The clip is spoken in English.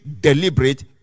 deliberate